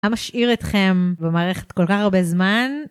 המשאיר אתכם במערכת כל כך הרבה זמן.